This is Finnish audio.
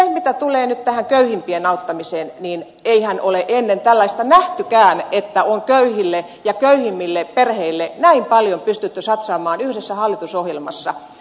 mitä tulee nyt tähän köyhimpien auttamiseen niin eihän ole ennen tällaista nähtykään että on köyhille ja köyhimmille perheille näin paljon pystytty satsaamaan yhdessä hallitusohjelmassa